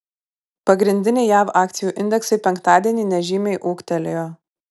pagrindiniai jav akcijų indeksai penktadienį nežymiai ūgtelėjo